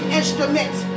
instruments